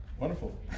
Wonderful